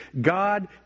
God